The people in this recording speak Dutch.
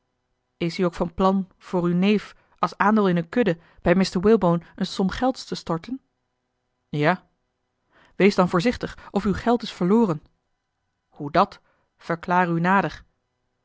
is u ook van plan voor uw neef als aandeel in eene kudde bij mr walebone eene som gelds te storten ja wees dan voorzichtig of uw geld is verloren hoe dat